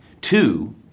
Two